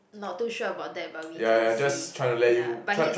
not too sure about that but we can see ya but he's